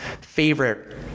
favorite